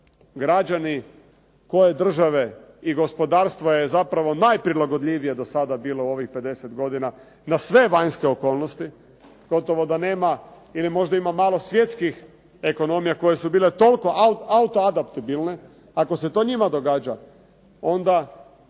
građani koje države i gospodarstva je zapravo najprilagodljivije do sada bilo u ovih 50 godina, na sve vanjske okolnosti, gotovo da nema ili možda ima malo svjetskih ekonomija koje su bile toliko autoadaptibilne ako se to njima događa, onda